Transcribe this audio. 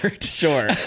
Sure